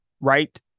right